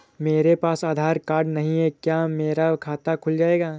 मेरे पास आधार कार्ड नहीं है क्या मेरा खाता खुल जाएगा?